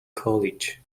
college